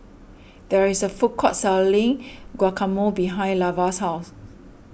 there is a food court selling Guacamole behind Lavar's house